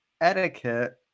etiquette